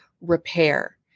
repair